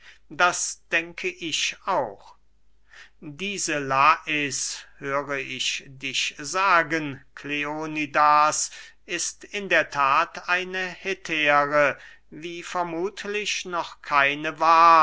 das denke ich auch diese lais höre ich dich sagen kleonidas ist in der that eine hetäre wie vermuthlich noch keine war